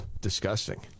disgusting